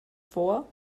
vor